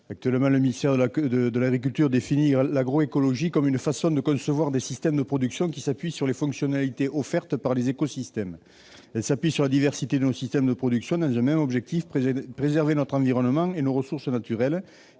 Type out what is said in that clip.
Actuellement, le ministère de l'agriculture et de l'alimentation définit l'agroécologie comme une façon de concevoir des systèmes de production qui s'appuient sur les fonctionnalités offertes par les écosystèmes. Elle s'appuie sur la diversité de nos systèmes de production en vue de préserver notre environnement et nos ressources naturelles.